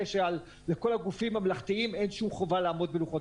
שלכל הגופים הממלכתיים אין שום חובה לעמוד בלוחות